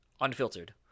unfiltered